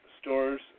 stores